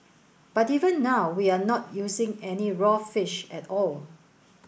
but even now we are not using any raw fish at all